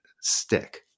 stick